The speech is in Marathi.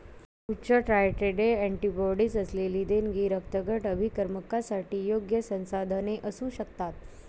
उच्च टायट्रे अँटीबॉडीज असलेली देणगी रक्तगट अभिकर्मकांसाठी योग्य संसाधने असू शकतात